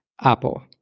apple